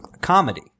comedy